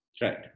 Right